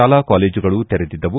ಶಾಲಾ ಕಾಲೇಜುಗಳು ತೆರೆದಿದ್ದವು